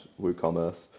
woocommerce